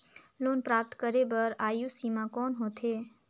Loan प्राप्त करे बर आयु सीमा कौन होथे?